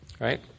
Right